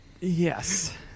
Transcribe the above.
Yes